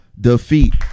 Defeat